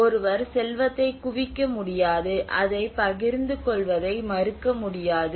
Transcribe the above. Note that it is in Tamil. ஒருவர் செல்வத்தை குவிக்க முடியாது அதை பகிர்ந்து கொள்வதை மறுக்க முடியாது